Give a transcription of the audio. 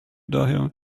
daher